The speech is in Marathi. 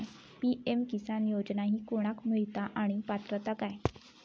पी.एम किसान योजना ही कोणाक मिळता आणि पात्रता काय?